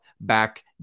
back